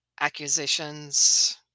accusations